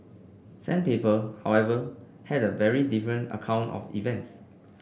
sandpiper however had a very different account of events